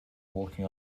walking